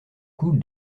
coup